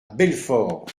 belfort